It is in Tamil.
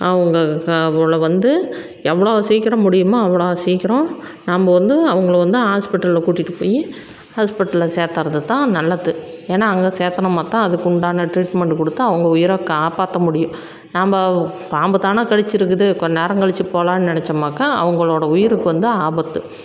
அவங்க அவங்களை வந்து எவ்வளோ சீக்கிரம் முடியுமோ அவ்வளோ சீக்கிரம் நம்ப வந்து அவங்களை வந்து ஹாஸ்பிட்டலில் கூட்டிகிட்டு போயி ஹாஸ்பிட்டலில் சேர்த்தறது தான் நல்லது ஏன நாங்கள் சேர்த்தனோமாத்தான் அதற்குண்டான ட்ரீட்மெண்ட்டு கொடுத்தா அவங்க உயிரை காப்பாற்ற முடியும் நம்ப பாம்பு தானே கடிச்சிருக்குது கொஞ்ச நேரம் கழிச்சு போகலாம்னு நினைச்சோம்னாக்கா அவங்களோட உயிருக்கு வந்து ஆபத்து